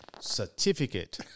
certificate